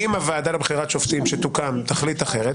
אם הוועדה לבחירת שופטים שתוקם תחליט אחרת,